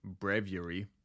breviary